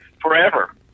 forever